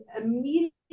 immediately